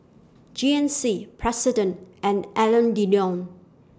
G N C President and Alain Delon